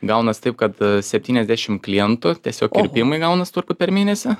gaunas taip kad septyniasdešimt klientų tiesiog kirpimai gaunas per mėnesį